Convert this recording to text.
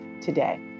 today